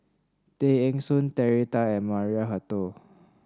Tay Eng Soon Terry Tan and Maria Hertogh